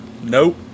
Nope